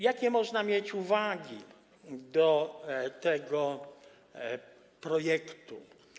Jakie można mieć uwagi do tego projektu?